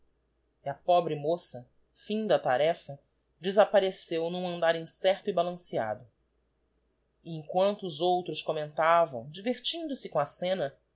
e a pobre moça finda a tarefa desappareceu n'um andar incerto e balanceado e emquanto os outros commentavam divertmdo se com a scena